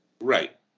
Right